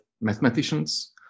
mathematicians